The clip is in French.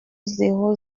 zéro